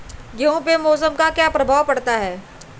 गेहूँ पे मौसम का क्या प्रभाव पड़ता है?